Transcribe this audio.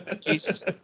Jesus